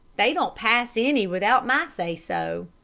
they don't pass any without my say so.